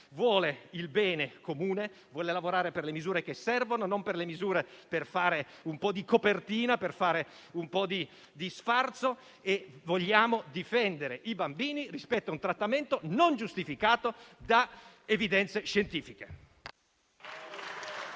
vuole il bene comune, vuole lavorare per le misure che servono e non per fare un po' di copertina, per fare un po' di sfarzo. Vogliamo difendere i bambini rispetto a un trattamento non giustificato da evidenze scientifiche.